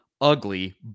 ugly